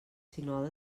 sinó